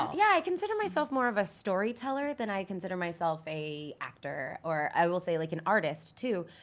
yeah, i consider myself more of a storyteller than i consider myself a actor or, i will say like an artist too.